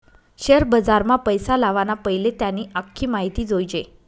share बजारमा पैसा लावाना पैले त्यानी आख्खी माहिती जोयजे